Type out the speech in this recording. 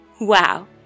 Wow